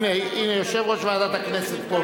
הנה, יושב-ראש ועדת הכנסת פה.